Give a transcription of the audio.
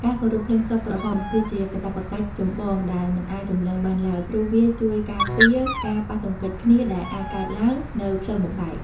ការគោរពភ្លើងស្តុបក្រហមគឺជាកាតព្វកិច្ចចម្បងដែលមិនអាចរំលងបានឡើយព្រោះវាជួយការពារការប៉ះទង្គិចគ្នាដែលអាចកើតឡើងនៅផ្លូវបំបែក។